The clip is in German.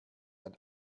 ein